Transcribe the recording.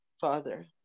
Father